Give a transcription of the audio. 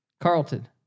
Carlton